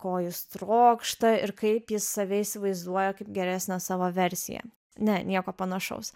ko jis trokšta ir kaip jis save įsivaizduoja kaip geresnę savo versiją ne nieko panašaus